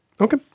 Okay